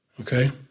okay